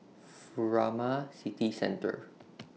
Furama City Centre